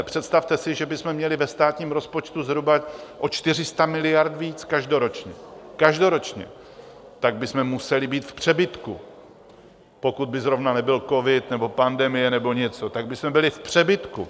Představte si, že bychom měli ve státním rozpočtu zhruba o 400 miliard víc každoročně, každoročně, tak bychom museli být v přebytku, pokud by zrovna nebyl covid nebo pandemie nebo něco, tak bychom byli v přebytku.